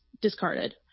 discarded